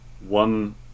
one